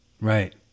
Right